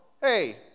hey